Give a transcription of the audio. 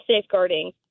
safeguarding